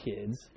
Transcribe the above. kids